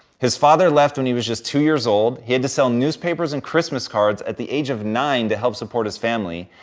his father left when he was just two years old. he had to sell newspapers and christmas cards at the age of nine to help support his family.